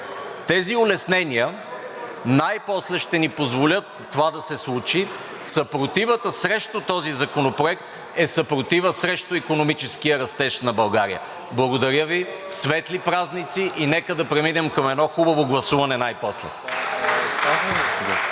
Тези улеснения най-после ще ни позволят това да се случи. Съпротивата срещу този законопроект е съпротива срещу икономическия растеж на България. Благодаря Ви. Светли празници и нека да преминем към едно хубаво гласуване най-после!